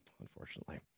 unfortunately